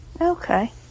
Okay